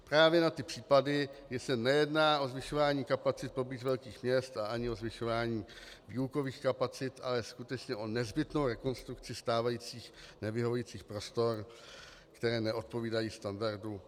Bylo by to právě na ty případy, kdy se nejedná o zvyšování kapacit poblíž velkých měst a ani o zvyšování výukových kapacit, ale skutečně o nezbytnou rekonstrukci stávajících nevyhovujících prostor, které neodpovídají standardu 21. století.